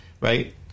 right